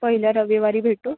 पहिल्या रविवारी भेटू